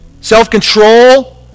self-control